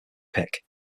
pick